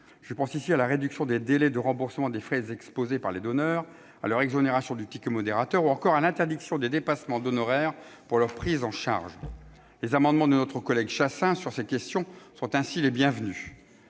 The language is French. je pense à la réduction des délais de remboursement des frais exposés par les donneurs, à leur exonération du ticket modérateur, ou encore à l'interdiction des dépassements d'honoraires pour leur prise en charge. Sur ces questions, les amendements de notre collègue Daniel Chasseing sont les bienvenus.